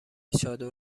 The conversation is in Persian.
چادر